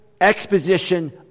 exposition